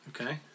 Okay